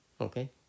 Okay